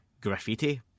graffiti